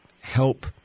help